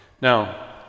Now